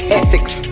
ethics